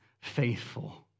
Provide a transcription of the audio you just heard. faithful